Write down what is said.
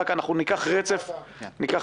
אני רוצה